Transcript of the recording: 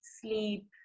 sleep